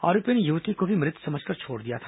आरोपियों ने युवती को भी मृत समझकर छोड़ दिया था